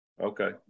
Okay